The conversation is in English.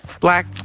black